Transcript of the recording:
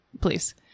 please